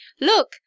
look